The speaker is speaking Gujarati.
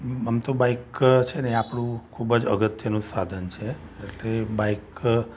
આમ તો બાઇક છે ને આપણું ખૂબ જ અગત્યનું સાધન છે એટલે બાઇક